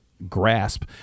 grasp